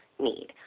need